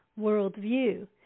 worldview